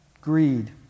greed